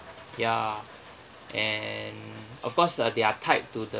ya and of course uh they are tied to the